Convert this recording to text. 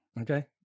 Okay